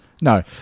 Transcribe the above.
no